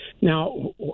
Now